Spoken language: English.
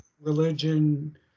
religion